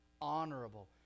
Honorable